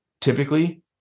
typically